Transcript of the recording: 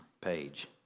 page